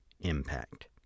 impact